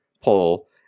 poll